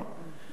ו-3.